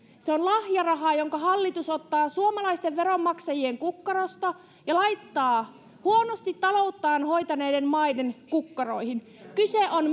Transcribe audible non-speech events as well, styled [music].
se on lahjarahaa jonka hallitus ottaa suomalaisten veronmaksajien kukkarosta ja laittaa huonosti talouttaan hoitaneiden maiden kukkaroihin kyse on [unintelligible]